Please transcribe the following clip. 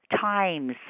times